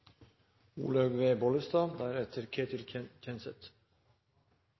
Olaug V. Bollestad